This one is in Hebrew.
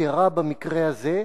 נפתרה במקרה הזה,